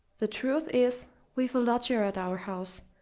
the truth is, we've a lodger at our house,